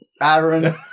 Aaron